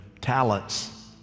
talents